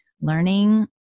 learning